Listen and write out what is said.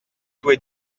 tue